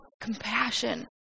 compassion